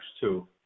two